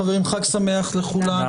חברים, חג שמח לכולם.